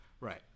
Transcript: Right